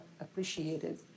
appreciated